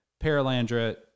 Paralandra